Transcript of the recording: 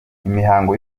imihango